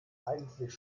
eigentlich